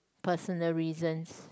personal reasons